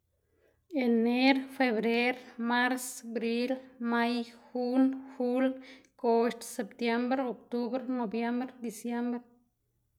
Ener febrer mars bril may jun jul goxt septiembr oktubr nobiembr disiembr